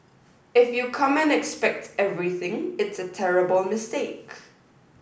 if you come and expect everything it's a terrible mistake